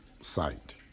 site